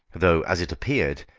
though, as it appeared,